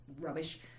rubbish